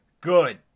good